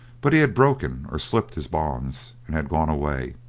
but he had broken or slipped his bonds, and had gone away.